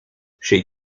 chez